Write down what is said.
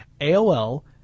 AOL